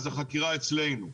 אז החקירה אצלנו.